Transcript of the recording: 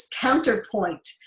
counterpoint